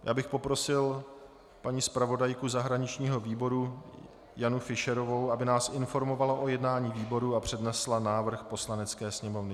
Já bych poprosil paní zpravodajku zahraničního výboru Janu Fischerovou, aby nás informovala o jednání výboru a přednesla návrh Poslanecké sněmovně.